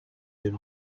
him